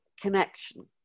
connection